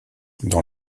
dans